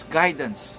guidance